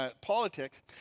politics